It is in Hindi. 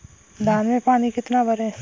धान में पानी कितना भरें?